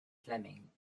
fleming